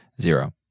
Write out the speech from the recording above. Zero